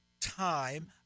time